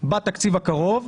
בתקציב הקרוב,